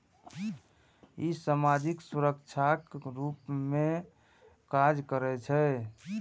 ई सामाजिक सुरक्षाक रूप मे काज करै छै